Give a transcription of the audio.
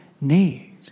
need